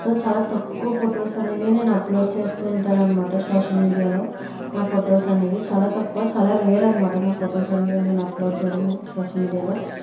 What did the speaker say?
so చాలా తక్కువ photos అనేవి నేను అప్లోడ్ చేస్తూ ఉంటాను అనమాట సోషల్ మీడియాలో నా ఫోటోస్ అనేవి చాలా తక్కువ చాలా రేర్ అనమాట నా ఫోటోస్ అనేవి నేను అప్లోడ్ చేయడం సోషల్ మీడియాలో